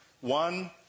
One